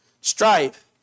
strife